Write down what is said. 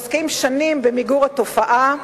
העוסק שנים במיגור התופעה.